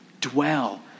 Dwell